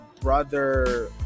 brother